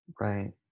Right